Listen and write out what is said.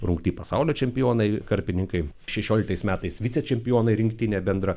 rungty pasaulio čempionai karpininkai šešioliktais metais vicečempionai rinktinė bendra